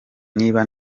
niba